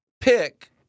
pick